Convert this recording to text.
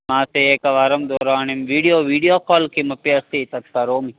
मासे एकवारं दूरवाणीं विडियो विडियो काल् किमपि अस्ति तत् करोमि